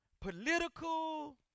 political